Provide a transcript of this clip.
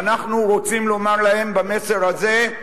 אנחנו רוצים לומר להם במסר הזה: